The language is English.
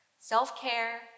Self-care